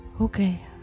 Okay